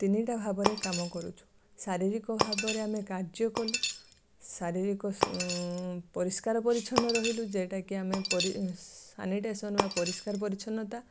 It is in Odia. ତିନିଟା ଭାବରେ କାମ କରୁଛୁ ଶାରୀରିକ ଭାବରେ ଆମେ କାର୍ଯ୍ୟ କଲୁ ଶାରୀରିକ ପରିଷ୍କାର ପରିଚ୍ଛନ୍ନ ରହିଲୁ ଯେଉଁଟାକି ଆମେ ସାନିଟେସନ୍ ବା ପରିଷ୍କାର ପରିଚ୍ଛନ୍ନତା